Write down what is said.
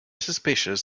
suspicious